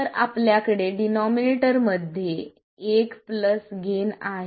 तर आपल्याकडे डिनॉमिनेटर मध्ये एक प्लस गेन आहे